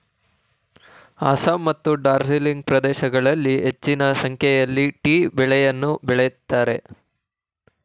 ಅಸ್ಸಾಂ ಮತ್ತು ಡಾರ್ಜಿಲಿಂಗ್ ಪ್ರದೇಶಗಳಲ್ಲಿ ಹೆಚ್ಚಿನ ಸಂಖ್ಯೆಯಲ್ಲಿ ಟೀ ಬೆಳೆಯನ್ನು ಬೆಳಿತರೆ